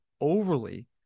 overly